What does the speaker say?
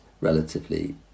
relatively